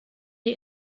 die